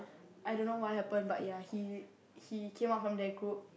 I dunno what happen but ya he he came out from that group